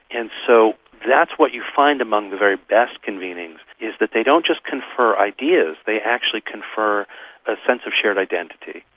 and so that's what you find among the very best convenings, is that they don't just confer ideas, they actually confer a sense of shared identity,